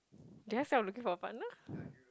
do I fail looking for a partner